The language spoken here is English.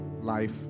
life